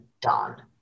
done